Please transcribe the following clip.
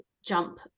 Jump